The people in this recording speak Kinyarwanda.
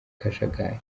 kajagari